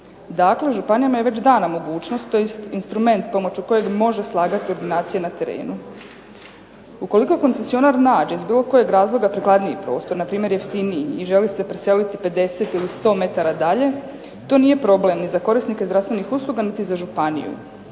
Dakle, županijama je već dana mogućnost tj. instrument pomoću kojeg može slagati ordinacije na terenu. Ukoliko koncesionar nađe iz bilo kojeg razloga prikladniji prostor, npr. jeftiniji, i želi se preseliti 50 ili 100 metara dalje to nije problem ni za korisnike zdravstvenih usluga niti za županiju.